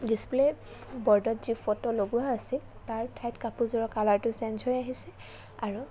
display বৰ্ডত photo লগোৱা আছিল তাৰ ঠাইত কাপোৰযোৰৰ কালাৰটো চেঞ্জ হৈ আহিছে আৰু